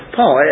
Paul